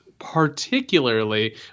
particularly